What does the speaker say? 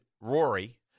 Rory